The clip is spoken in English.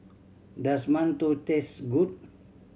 does mantou taste good